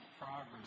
progress